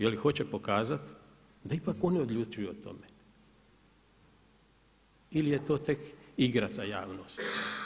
Je li hoće pokazati da ipak oni odlučuju o tome ili je to tek igra za javnost.